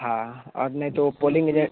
हाँ और नहीं तो ओ पोलिंग एजेंट